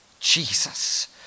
Jesus